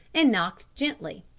and knocked gently.